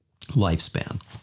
lifespan